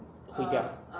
毁掉